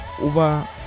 Over